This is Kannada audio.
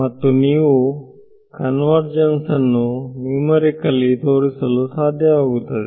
ಮತ್ತು ನೀವು ಕನ್ವರ್ಜನ್ಸ್ ಅನ್ನು ನುಮೇರಿಕಲ್ಲಿ ತೋರಿಸಲು ಸಾಧ್ಯವಾಗುತ್ತದೆ